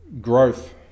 growth